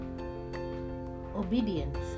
obedience